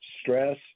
stress